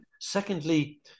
Secondly